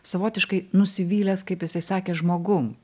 savotiškai nusivylęs kaip jisai sakė žmogum